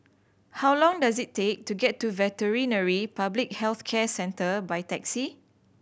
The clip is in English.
how long does it take to get to Veterinary Public Health Centre by taxi